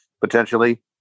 potentially